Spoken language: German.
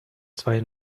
zwei